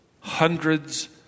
hundreds